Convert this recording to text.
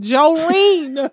Jolene